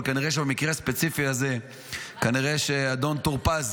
אבל כנראה שבמקרה הספציפי הזה אדון טור פז